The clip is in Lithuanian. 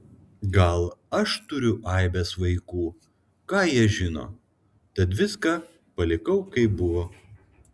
gal aš turiu aibes vaikų ką jie žino tad viską palikau kaip buvo